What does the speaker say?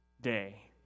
day